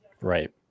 Right